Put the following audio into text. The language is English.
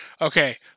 Okay